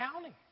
county